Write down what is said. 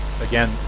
again